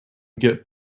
get